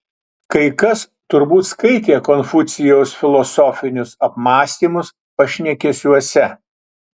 kai kas turbūt skaitė konfucijaus filosofinius apmąstymus pašnekesiuose